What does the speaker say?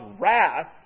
wrath